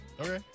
Okay